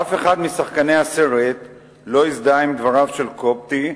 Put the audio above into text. אף אחד משחקני הסרט לא הזדהה עם דבריו של קובטי,